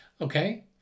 Okay